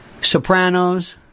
Sopranos